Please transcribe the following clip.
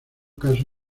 casos